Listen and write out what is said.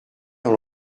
dans